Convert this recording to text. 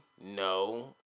No